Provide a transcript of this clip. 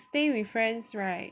stay with friends right